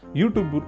YouTube